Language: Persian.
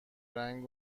رنگ